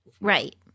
Right